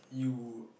you